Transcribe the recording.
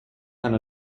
and